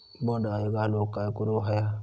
बोंड अळी घालवूक काय करू व्हया?